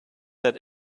that